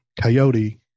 coyote